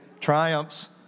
triumphs